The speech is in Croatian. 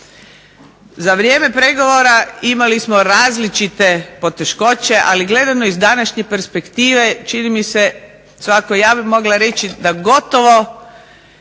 Za vrijeme pregovora imali smo različite poteškoće, ali gledano iz današnje perspektive čini mi se svakako ja bih mogla reći da gotovo